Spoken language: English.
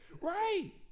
Right